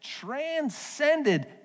transcended